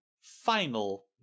final